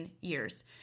years